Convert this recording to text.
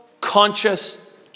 conscious